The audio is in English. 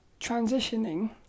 transitioning